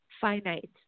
finite